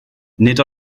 nid